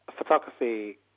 Photography